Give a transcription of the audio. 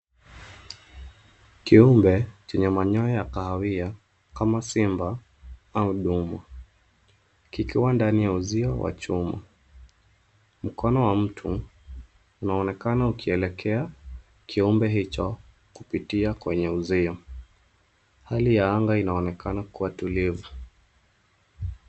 Kiumbe chenye manyoya ya kahawia kama simba au duma. Kikiwa ndani ya uzio wa chuma. Mkono wa mtu unaonekana ukielekea kiumbe hicho kupitia kwenye uzio. Hali ya anga inaonekana kuwa tulivu.